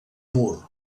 mur